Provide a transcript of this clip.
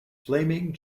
flaming